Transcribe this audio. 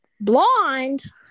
Blonde